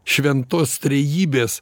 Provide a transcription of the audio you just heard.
šventos trejybės